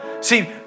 See